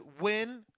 win